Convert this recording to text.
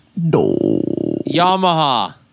Yamaha